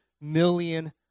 million